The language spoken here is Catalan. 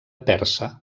persa